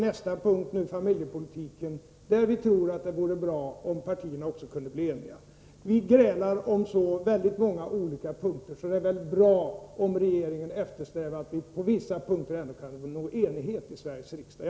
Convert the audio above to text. Nästa punkt är familjepolitiken, där vi också tror att det vore bra om partierna kunde bli eniga. Eftersom vi grälar om så många olika punkter är det väl bra om regeringen eftersträvar att vi på vissa punkter ändå skall kunna nå enighet i Sveriges riksdag.